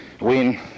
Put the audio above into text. win